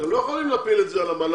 אתם לא יכולים להפיל את זה על המל"ג.